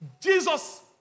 Jesus